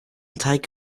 teig